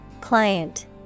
Client